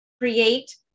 create